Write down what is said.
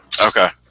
Okay